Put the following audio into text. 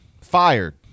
fired